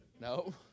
No